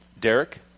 Derek